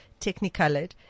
technicolored